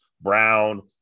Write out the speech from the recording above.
Brown